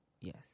Yes